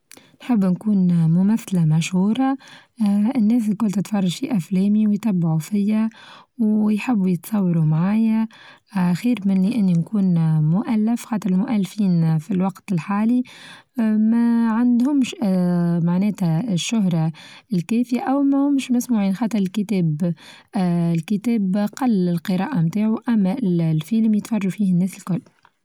نحب نكون ممثلة مشهورة الناس تكون تتفرچ في أفلامي ويتبعو فيا ويحبو يتصوروا معايا خير مني إني نكون مؤلف خاطر المؤلفين في الوقت الحالي اه ما عندهمش اه معناتها الشهرة الكافية أومهمش مسموعين خاطر الكتاب آآ الكتاب قل القراءة بتاعه، أما الفيلم يتفرجوا فيه الناس الكل.